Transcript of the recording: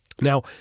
Now